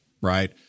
Right